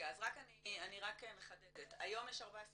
אז אני רק מחדדת היום יש 14 אונקולוגים,